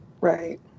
right